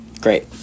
Great